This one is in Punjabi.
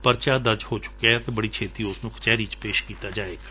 ਪਰਚਾ ਦਰਜ ਹੋ ਚੁਕਿਐ ਅਤੇ ਬੜੀ ਛੇਤੀ ਉਸ ਨੂੰ ਕਚਹਿਰੀ ਵਿਚ ਪੇਸ਼ ਕੀਤਾ ਜਾਵੇਗਾ